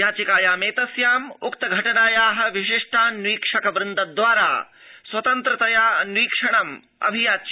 याचिकायामेतस्याम् उक्त घटनाया विशिष्टान्वीक्षक वृन्द द्वारा स्वतंत्रतया अन्वीक्षणम अभियाचितमस्ति